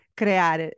criar